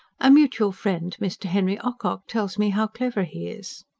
a mutual friend, mr. henry ocock, tells me how clever he is.